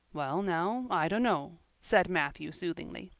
well now, i dunno, said matthew soothingly.